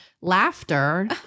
Laughter